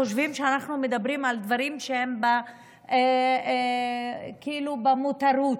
הרבה אנשים חושבים שאנחנו מדברים על דברים שהם כאילו מותרות,